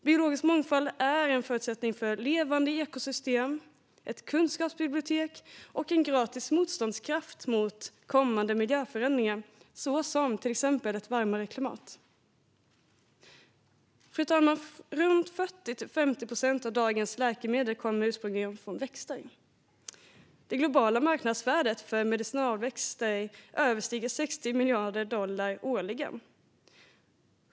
Biologisk mångfald är en förutsättning för ett levande ekosystem, ett kunskapsbibliotek och en gratis motståndskraft mot kommande miljöförändringar, till exempel ett varmare klimat. Fru talman! 40-50 procent av dagens läkemedel kommer ursprungligen från växter. Det globala marknadsvärdet för medicinalväxter överstiger 60 miljarder dollar årligen.